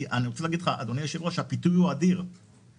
כי הפיתוי הוא אדיר, אדוני היושב-ראש.